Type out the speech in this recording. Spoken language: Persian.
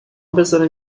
بذارم